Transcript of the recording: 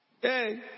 Hey